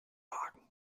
wagen